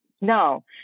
No